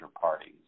parties